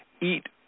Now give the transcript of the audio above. eat